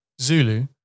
Zulu